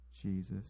Jesus